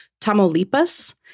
Tamaulipas